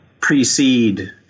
precede